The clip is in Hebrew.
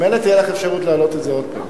ממילא תהיה לך האפשרות להעלות את זה עוד פעם.